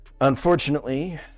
unfortunately